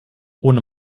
ohne